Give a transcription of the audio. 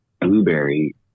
blueberry